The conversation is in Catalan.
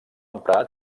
emprar